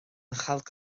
chailc